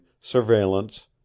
surveillance